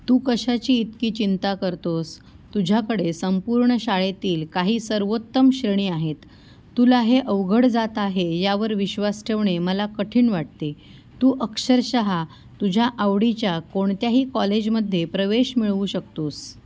तू कशाची इतकी चिंता करतोस तुझ्याकडे संपूर्ण शाळेतील काही सर्वोत्तम श्रेणी आहेत तुला हे अवघड जात आहे यावर विश्वास ठेवणे मला कठीण वाटते तू अक्षरशः तुझ्या आवडीच्या कोणत्याही कॉलेजमध्ये प्रवेश मिळवू शकतोस